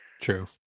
true